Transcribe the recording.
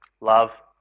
love